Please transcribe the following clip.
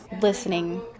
listening